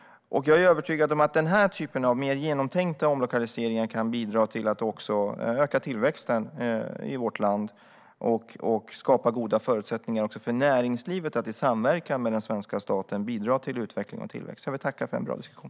Jag är övertygad om att den här typen av mer genomtänkta omlokaliseringar kan bidra till att också öka tillväxten i vårt land och skapa goda förutsättningar även för näringslivet att i samverkan med den svenska staten bidra till utveckling och tillväxt. Jag tackar för en bra diskussion.